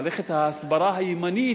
מערכת ההסברה הימנית,